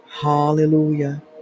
hallelujah